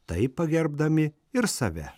taip pagerbdami ir save